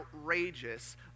outrageous